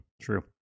True